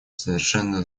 совершенно